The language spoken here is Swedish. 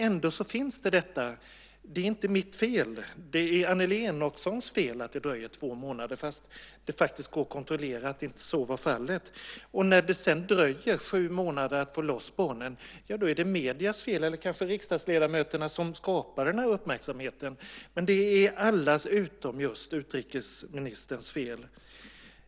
Ändå finns detta med att det inte är mitt fel, utan det är Annelie Enochsons fel att det dröjer två månader - detta trots att det faktiskt går att kontrollera att så inte var fallet. När det sedan dröjer sju månader att få loss barnen är det mediernas fel, eller också beror det kanske på riksdagsledamöterna som skapar den här uppmärksamheten. Det är allas fel, utom just utrikesministerns.